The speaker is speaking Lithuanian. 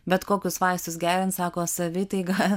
bet kokius vaistus geriant sako savitaiga